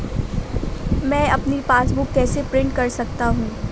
मैं अपनी पासबुक कैसे प्रिंट कर सकता हूँ?